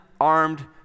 armed